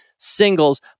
Singles